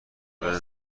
دادن